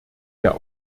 der